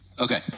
Okay